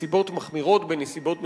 גם ענישה מחמירה בנסיבות מחמירות.